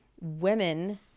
women